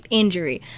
injury